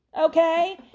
Okay